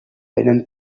vénen